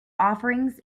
offerings